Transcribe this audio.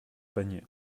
panier